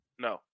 No